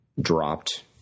dropped